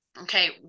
Okay